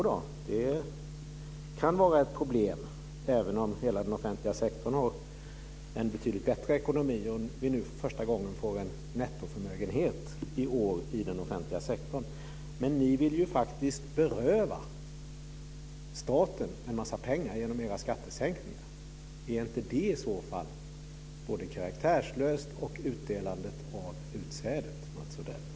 De kan vara ett problem även om hela den offentliga sektorn har en betydligt bättre ekonomi och vi nu för första gången i år får en nettoförmögenhet i den offentliga sektorn. Men ni vill beröva staten en massa pengar genom era skattesänkningar. Är inte det i så fall både karaktärslöst och utdelande av utsädet, Mats Odell?